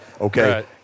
Okay